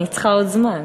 אני צריכה עוד זמן,